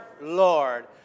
Lord